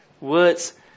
words